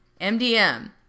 MDM